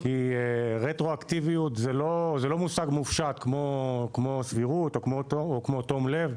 כי רטרואקטיביות זה לא מושג מובהק כמו סבירות או כמו תום לב.